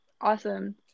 Awesome